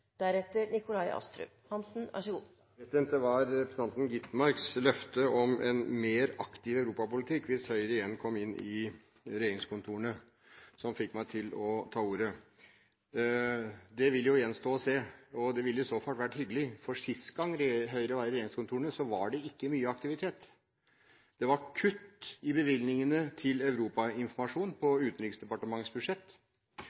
Det var representanten Skovholt Gitmarks løfte om en mer aktiv europapolitikk, hvis Høyre igjen kom inn i regjeringskontorene, som fikk meg til å ta ordet. Det vil jo gjenstå å se, og det ville i så fall vært hyggelig, for sist gang Høyre var i regjeringskontorene, var det ikke mye aktivitet. Det var kutt i bevilgningene til